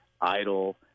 idle